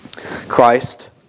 Christ